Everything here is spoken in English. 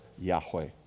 Yahweh